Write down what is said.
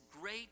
great